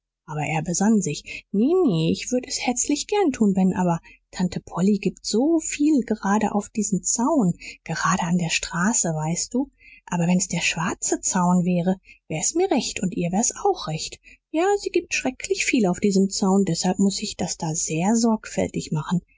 aber er besann sich ne ne ich würde es herzlich gern tun ben aber tante polly gibt so viel gerade auf diesen zaun gerade an der straße weißt du aber wenn es der schwarze zaun wäre wär's mir recht und ihr wär's auch recht ja sie gibt schrecklich viel auf diesen zaun deshalb muß ich das da sehr sorgfältig machen